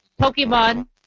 Pokemon